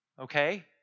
Okay